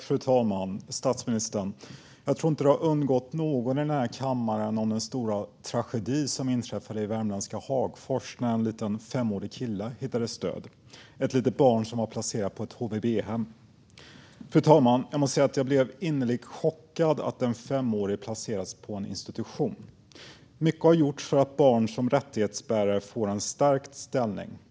Fru talman! Jag tror inte att det har undgått någon i den här kammaren att en stor tragedi inträffade i värmländska Hagfors när en liten femårig kille hittades död. Det var ett litet barn som var placerat på ett HVB-hem. Jag måste säga att jag blev innerligt chockad över att en femåring hade placerats på en institution. Mycket har gjorts för att barn som rättighetsbärare ska få en stärkt ställning.